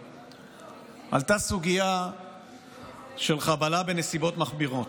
עלתה סוגיה של חבלה בנסיבות מחמירות.